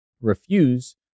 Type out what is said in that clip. refuse